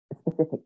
specific